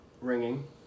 ringing